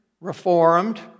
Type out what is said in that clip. Reformed